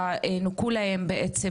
ונוכו להם בעצם,